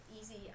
easy